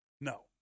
No